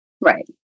Right